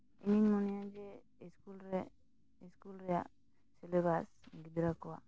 ᱤᱧ ᱢᱚᱱᱮᱭᱟ ᱡᱮ ᱥᱠᱩᱞ ᱨᱮ ᱥᱠᱩᱞ ᱨᱮᱭᱟᱜ ᱥᱤᱞᱮᱵᱟᱥ ᱜᱤᱫᱽᱨᱟᱹ ᱠᱚᱣᱟᱜ